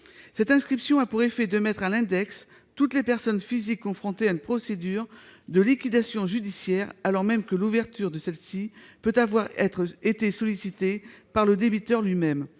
Cette inscription a pour effet de mettre à l'index toutes les personnes physiques confrontées à une procédure de liquidation judiciaire, alors même que l'ouverture de celle-ci peut avoir été sollicitée par le débiteur lui-même.